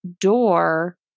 door